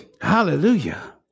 Hallelujah